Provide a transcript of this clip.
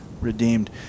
redeemed